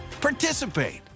participate